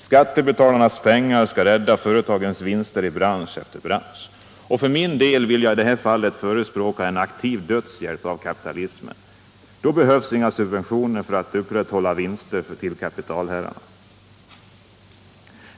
Skattebetalarnas pengar skall rädda företagens vinster i bransch efter bransch. För min del förespråkar jag aktiv dödshjälp åt kapitalismen. Då behövs inga subventioner för att upprätthålla vinster åt kapitalherrarna.